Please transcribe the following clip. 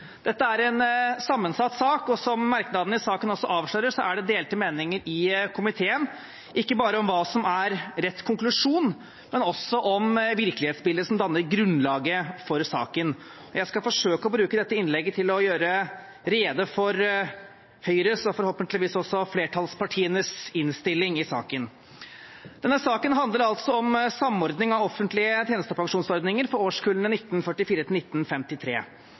Dette er en sammensatt sak, og som merknadene i saken avslører, er det delte meninger i komiteen, ikke bare om hva som er rett konklusjon, men også om virkelighetsbildet som danner grunnlaget for saken. Jeg skal forsøke å bruke dette innlegget til å gjøre rede for Høyres og forhåpentligvis også flertallspartienes innstilling i saken. Denne saken handler altså om samordning av offentlige tjenestepensjonsordninger for årskullene